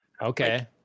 Okay